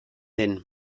den